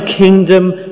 kingdom